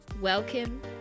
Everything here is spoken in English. Welcome